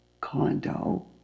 condo